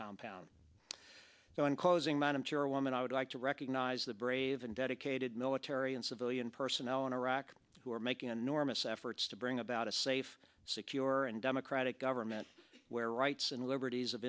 compound so in closing madam chairwoman i would like to recognize the brave and dedicated military and civilian personnel in iraq who are making enormous efforts to bring about a safe secure and democratic government where rights and liberties of